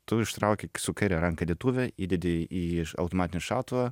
tu ištrauki su kaire ranka dėtuvę įdedi į automatinį šautuvą